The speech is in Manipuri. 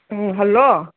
ꯎꯝ ꯍꯜꯂꯣ